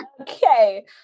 okay